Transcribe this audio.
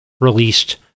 released